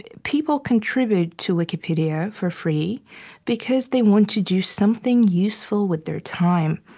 people contribute to wikipedia for free because they want to do something useful with their time.